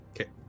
Okay